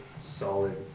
solid